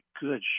good